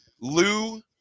Lou